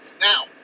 Now